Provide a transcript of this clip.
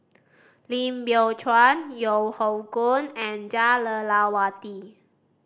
Lim Biow Chuan Yeo Hoe Koon and Jah Lelawati